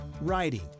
writing